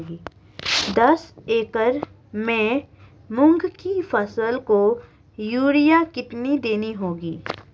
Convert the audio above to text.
दस एकड़ में मूंग की फसल को यूरिया कितनी देनी होगी?